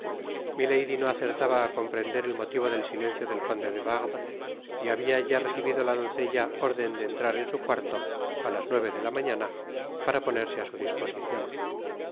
no acertaba á comprender el motivo del silencio det conde de wardes y habia ya recibido la doncella órden de entrar en su cuarto á las nueve de la mañana para ponerse á su disposicion